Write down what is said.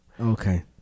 Okay